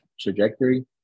trajectory